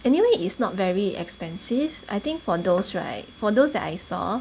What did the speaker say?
anyway it's not very expensive I think for those right for those that I saw